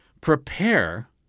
prepare